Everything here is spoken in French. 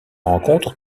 rencontre